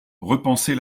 repenser